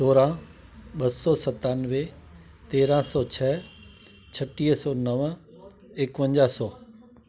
सोरहं ॿ सौ सतानवे तेरहं सौ छह छटीअ सौ नव एकवंजाहु सौ